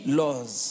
laws